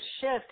shift